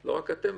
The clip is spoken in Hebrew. לא רק אתם,